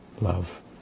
love